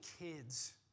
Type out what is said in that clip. kids